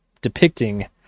depicting